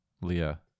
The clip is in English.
Leah